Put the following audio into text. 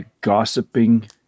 gossiping